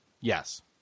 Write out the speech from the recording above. Yes